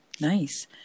Nice